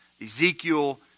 Ezekiel